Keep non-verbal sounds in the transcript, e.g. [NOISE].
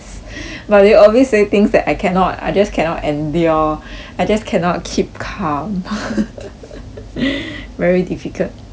but they always say things that I cannot I just cannot endure I just cannot keep calm [LAUGHS] very difficult [LAUGHS]